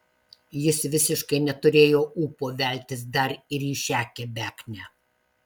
jis visiškai neturėjo ūpo veltis dar ir į šią kebeknę